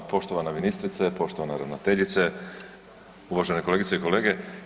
Poštovana ministrice, poštovana ravnateljice, uvažene kolegice i kolege.